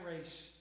race